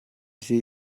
sie